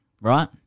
right